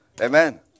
Amen